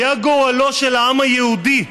היה גורלו של העם היהודי,